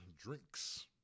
drinks